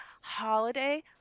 holiday